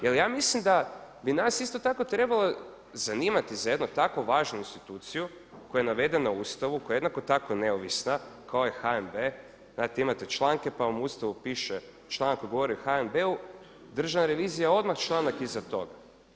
Jer ja mislim da bi nas isto tako trebalo zanimati za jednu tako važnu instituciju koja je navedena u Ustavu, koja je jednako tako neovisna kao i HNB, … imate članke pa vam u Ustavu piše, članak koji govori o HNB-u, državna revizija odmah članak iza toga.